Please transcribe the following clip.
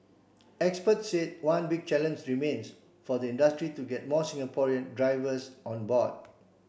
experts said one big challenge remains for the industry to get more Singaporean drivers on board